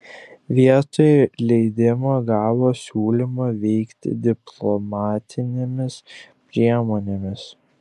vietoj leidimo gavo siūlymą veikti diplomatinėmis priemonėmis